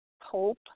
hope